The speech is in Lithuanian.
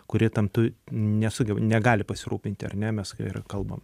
kurie tam tu nesugeba negali pasirūpinti ar ne mes kai ir kalbam